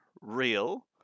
real